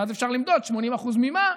ואז אפשר למדוד 80% ממה.